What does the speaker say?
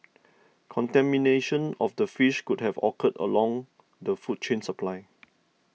contamination of the fish could have occurred along the food chain supply